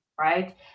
right